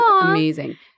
amazing